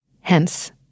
Hence